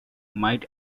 might